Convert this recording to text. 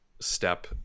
step